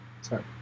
Sorry